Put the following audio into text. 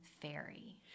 fairy